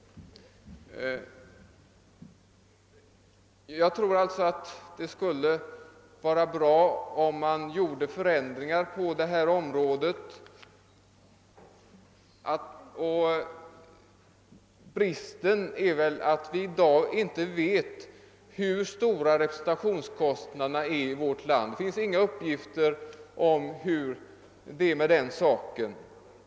Jag tror alltså att det skulle vara bra om man vidtog förändringar på detta område. Felet är väl att vi i dag inte vet hur stora representationskostnaderna är i vårt land, eftersom det inte finns några uppgifter härom.